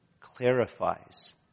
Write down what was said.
clarifies